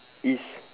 is